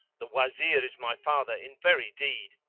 the wazir is my father in very deed.